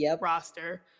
roster